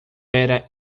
era